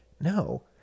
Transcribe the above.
No